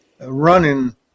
running